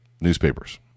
newspapers